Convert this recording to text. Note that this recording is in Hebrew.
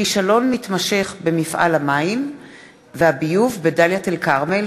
כישלון מתמשך במפעל המים והביוב בדאלית-אל-כרמל.